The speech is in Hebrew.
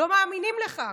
לא מאמינים לך.